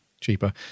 cheaper